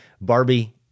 Barbie